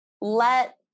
let